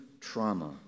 trauma